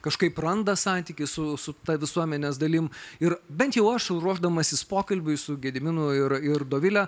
kažkaip randa santykį su su ta visuomenės dalim ir bent jau aš ruošdamasis pokalbiui su gediminu ir ir dovile